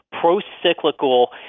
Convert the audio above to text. pro-cyclical